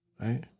right